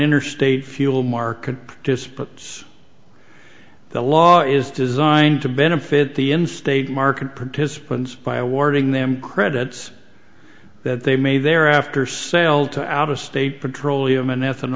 interstate fuel market disputes the law is designed to benefit the in state market participants by awarding them credits that they may thereafter sale to out of state petroleum and etha